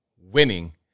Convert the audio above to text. winning